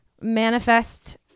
manifest